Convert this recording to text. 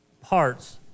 parts